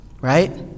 right